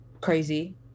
crazy